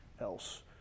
else